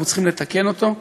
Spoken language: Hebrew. אנחנו צריכים לתקן אותו.